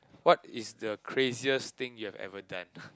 what is the craziest thing you have ever done